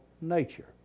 nature